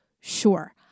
Sure